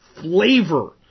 flavor